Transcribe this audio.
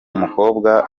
mukobwa